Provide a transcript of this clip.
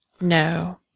No